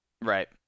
Right